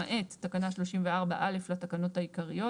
למעט תקנה 34א לתקנות העיקריות,